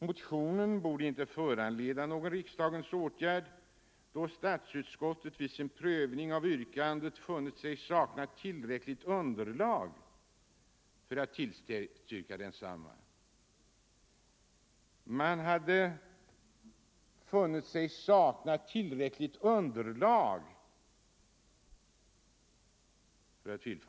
Motionen borde inte föranleda någon riksdagens åtgärd, då statsutskottet vid sin prövning av yrkandet funnit sig sakna tillräckligt underlag för att tillstyrka detsamma. Man hade funnit sig sakna tillräckligt underlag!